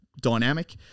dynamic